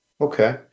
Okay